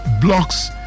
blocks